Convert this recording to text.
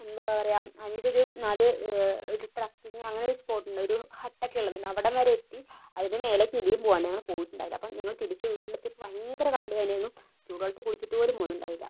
എന്താ പറയുക അതിലൊരു നാല് ഒരു ട്രക്കിംഗ് അങ്ങനെയൊരു സ്പോട്ട് ഉണ്ട് ഒരു ഹട്ട് ഒക്കെ ഉള്ളതുണ്ട് അവിടെവരെ എത്തി അതിനും മേലെക്ക് ഇനിയും പോകാനാണ് ഞങ്ങള് പോയിട്ടുണ്ടായില്ല അപ്പം നമ്മള് തിരിച്ച് വീട്ടിലെത്തിയപ്പോൾ ഭയങ്കര കാലുവേദന ആയിരുന്നു ചൂടുവെള്ളത്തിൽ കുളിച്ചിട്ട് പോലും പോണുണ്ടായിരുന്നില്ല